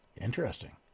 Interesting